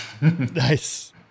Nice